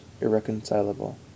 irreconcilable